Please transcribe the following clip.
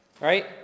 right